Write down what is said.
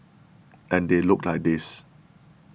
and they look like this